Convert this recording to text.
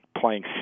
playing